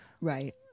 Right